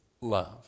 love